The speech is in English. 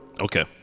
Okay